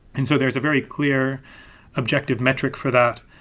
and so there's a very clear objective metric for that,